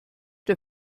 der